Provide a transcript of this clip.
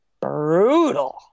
brutal